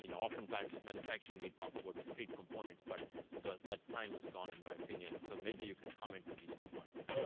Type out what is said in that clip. you know oftentimes, manufacturing, we talk about the straight components, but that time is gone, in my opinion. so maybe you can comment to these two points.